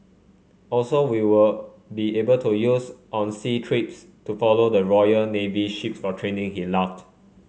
also we would be able to use on sea trips to follow the Royal Navy ships for training he laughed